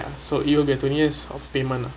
so you will get twenty years of payment ah